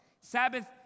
Sabbath